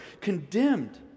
condemned